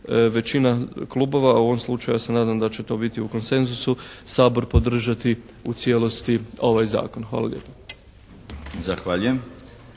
većina klubova, a u ovom slučaju ja se nadam da će to biti u konsenzusu Sabor podržati u cijelosti ovaj zakon. Hvala lijepa.